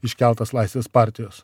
iškeltas laisvės partijos